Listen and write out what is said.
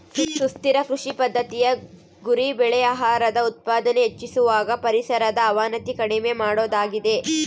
ಸುಸ್ಥಿರ ಕೃಷಿ ಪದ್ದತಿಯ ಗುರಿ ಬೆಳೆ ಆಹಾರದ ಉತ್ಪಾದನೆ ಹೆಚ್ಚಿಸುವಾಗ ಪರಿಸರದ ಅವನತಿ ಕಡಿಮೆ ಮಾಡೋದಾಗಿದೆ